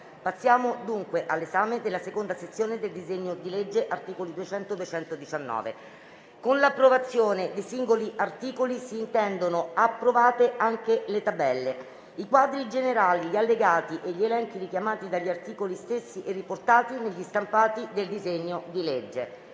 Passiamo dunque all'esame della seconda sezione del disegno di legge (articoli da 200 a 219). Con l'approvazione dei singoli articoli si intendono approvate anche le tabelle, i quadri generali, gli allegati e gli elenchi richiamati dagli articoli stessi e riportati negli stampati del disegno di legge.